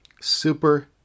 super